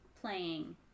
playing